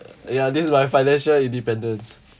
ya this is my financial independence